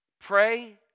Pray